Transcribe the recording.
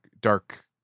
dark